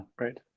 right